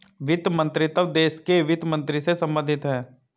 वित्त मंत्रीत्व देश के वित्त मंत्री से संबंधित है